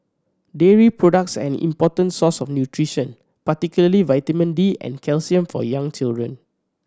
dairy products are an important source of nutrition particularly vitamin D and calcium for young children